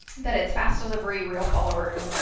that it's fast delivery, real followers,